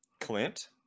clint